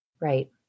Right